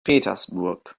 petersburg